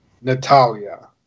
Natalia